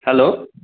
hello